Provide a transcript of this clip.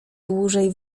dłużej